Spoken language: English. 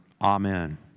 Amen